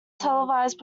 televised